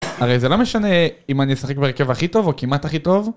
הרי זה לא משנה אם אני אשחק בהרכב הכי טוב או כמעט הכי טוב